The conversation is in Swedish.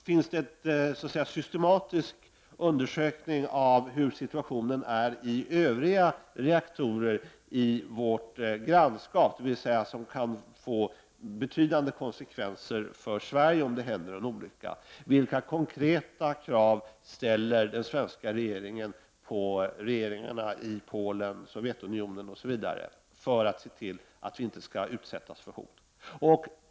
Finns det en systematik undersökning av hur situationen är i de övriga reaktorerna i vårt grannskap, dvs. de som kan innebära betydande konsekvenser för Sverige om det skulle hända en olycka? Vilka konkreta krav ställer den svenska regeringen på regeringarna i Polen, Sovjetunionen osv. för att se till att vi inte utsätts för hot?